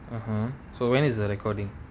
(uh huh) so when is the recording